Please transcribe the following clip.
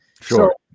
Sure